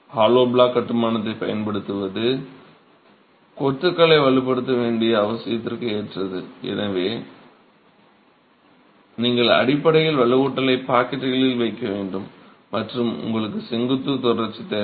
hollow block கட்டுமானத்தைப் பயன்படுத்துவது கொத்துகளை வலுப்படுத்த வேண்டிய அவசியத்திற்கு ஏற்றது நீங்கள் அடிப்படையில் வலுவூட்டலை பாக்கெட்டுகளில் வைக்க வேண்டும் மற்றும் உங்களுக்கு செங்குத்து தொடர்ச்சி தேவை